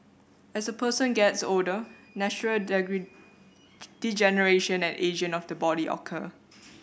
as a person gets older natural degeneration and ageing of the body occur